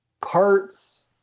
parts